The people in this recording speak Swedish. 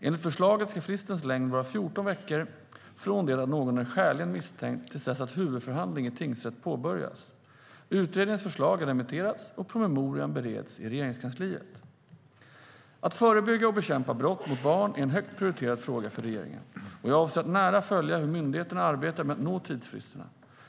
Enligt förslaget ska fristens längd vara 14 veckor från det att någon är skäligen misstänkt till dess att huvudförhandling i tingsrätt påbörjas. Utredarens förslag har remitterats, och promemorian bereds i Regeringskansliet. Att förebygga och bekämpa brott mot barn är en högt prioriterad fråga för regeringen, och jag avser att nära följa hur myndigheterna arbetar med att nå tidsfristerna.